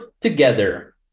together